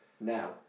Now